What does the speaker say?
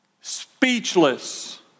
speechless